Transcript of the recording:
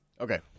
Okay